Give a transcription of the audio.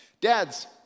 Dads